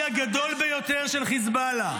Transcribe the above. הגדול ------- ביותר של חיזבאללה.